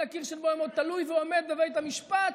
קירשנבאום עוד תלוי ועומד בבית המשפט?